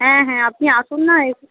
হ্যাঁ হ্যাঁ আপনি আসুন না এসে